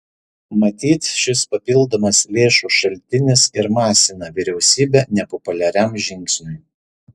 matyt šis papildomas lėšų šaltinis ir masina vyriausybę nepopuliariam žingsniui